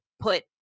Put